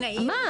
מה?